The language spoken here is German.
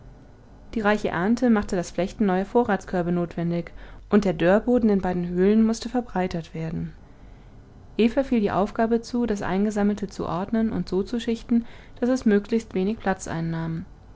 die reiche ernte machte das flechten neuer vorratskörbe notwendig und der dörrboden in beiden höhlen mußte verbreitert werden eva fiel die aufgabe zu das eingesammelte zu ordnen und so zu schichten daß es möglichst wenig platz einnahm